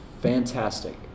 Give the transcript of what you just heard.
fantastic